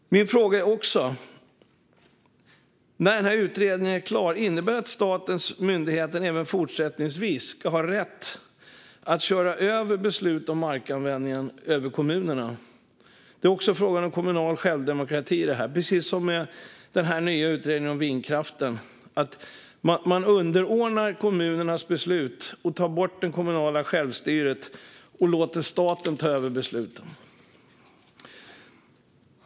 Min fråga är: Ska statens myndigheter även fortsättningsvis, när denna utredning är klar, ha rätt att köra över kommunernas beslut om markanvändningen? Det är en fråga om kommunalt självstyre, precis som i fråga om den nya utredningen om vindkraften. Kommunernas beslut blir underordnade. Man tar bort det kommunala självstyret och låter staten ta över besluten.